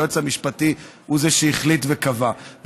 היועץ המשפטי הוא שהחליט וקבע,